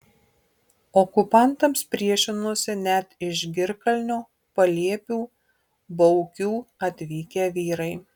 okupantams priešinosi net iš girkalnio paliepių baukių atvykę vyrai